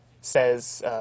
says